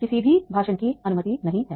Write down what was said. किसी भी भाषण की अनुमति नहीं है